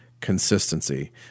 consistency